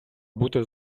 бути